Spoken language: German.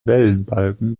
wellenbalken